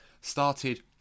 Started